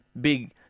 big